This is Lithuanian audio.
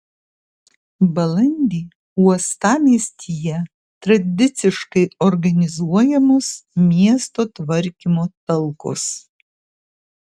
balandį uostamiestyje tradiciškai organizuojamos miesto tvarkymo talkos